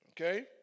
Okay